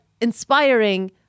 inspiring